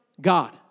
God